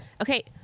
Okay